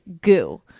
goo